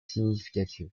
significative